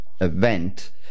Event